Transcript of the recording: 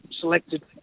selected